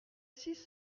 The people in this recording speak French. six